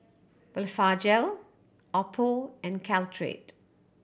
Blephagel Oppo and Caltrated